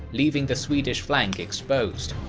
leaving the swedish flank exposed.